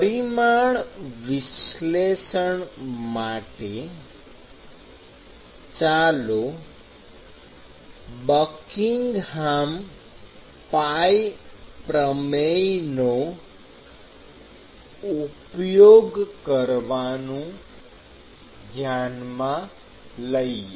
પરિમાણીય વિશ્લેષણ માટે ચાલો બકિંગહામ પાઇ પ્રમેય નો ઉપયોગ કરવાનું ધ્યાનમાં લઈએ